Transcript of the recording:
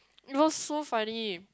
it was so funny